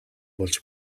болж